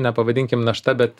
nepavadinkim našta bet